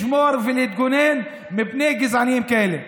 לשמור ולהתגונן מפני גזענים כאלה.